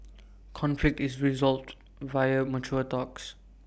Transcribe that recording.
conflict is resolved via mature talks